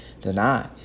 deny